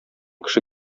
кеше